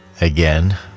again